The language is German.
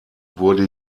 wurde